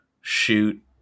shoot